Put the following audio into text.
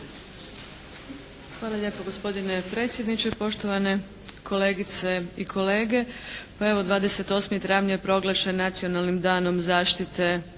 Hvala lijepa gospodine predsjedniče. Poštovane kolegice i kolege.